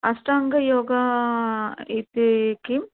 अष्टाङ्गयोगः इति किं